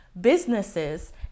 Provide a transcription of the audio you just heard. businesses